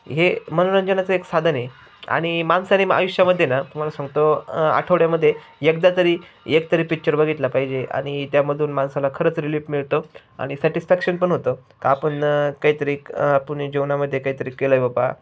हे मनोरंजनाचं एक साधन आहे आणि माणसाने आयुष्यामधे ना तुम्हाला सांगतो आठवड्यामध्ये एकदा तरी एकतरी पिच्चर बघितला पाहिजे आणि त्यामधून माणसाला खरंच रिलीफ मिळतो आणि सॅटिस्फॅक्शन पण होतं का आपण काहीतरी क आपण जीवनामध्येे काहीतरी केलंय बाबा